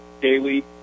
daily